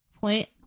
point